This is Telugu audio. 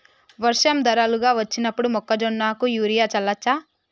వర్షం ధారలుగా వచ్చినప్పుడు మొక్కజొన్న కు యూరియా చల్లచ్చా?